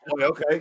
okay